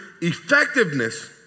effectiveness